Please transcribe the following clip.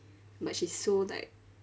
but she's so like